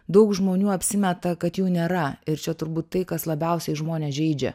daug žmonių apsimeta kad jų nėra ir čia turbūt tai kas labiausiai žmones žeidžia